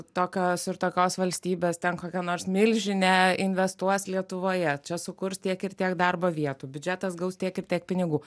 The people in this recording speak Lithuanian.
tokios ir tokios valstybės ten kokia nors milžinė investuos lietuvoje čia sukurs tiek ir tiek darbo vietų biudžetas gaus tiek ir tiek pinigų